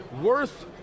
worth